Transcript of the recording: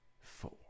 four